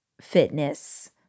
fitness